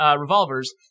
revolvers